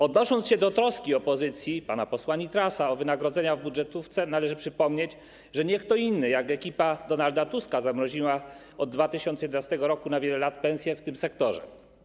Odnosząc się do troski opozycji, pana posła Nitrasa, o wynagrodzenia w budżetówce, należy przypomnieć, że nie kto inny jak ekipa Donalda Tuska zamroził w 2011 r. na wiele lat pensje w tym sektorze.